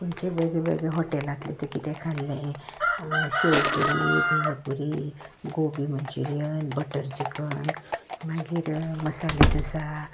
खंयचे वेगळें वेगळें हॉटेलांतलें ते कितें खाल्लें sev puri bhelpuri gobi manchurian butter chicken मागीर मसालें डोसा